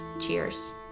Cheers